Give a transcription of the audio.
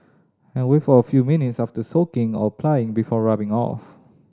and a few minutes after soaking or applying before rubbing off